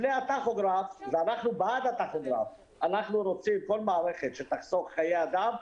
לפני הטכוגרף ואנחנו בעד הטכוגרף כל מערכת שתחסוך חיי אדם,